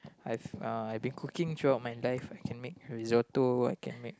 I've uh I've been cooking throughout my entire life I can make risotto I can make